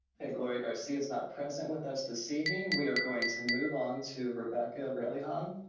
okay, gloria garcia's not present with us this evening. we are going to move on to rebecca relihan.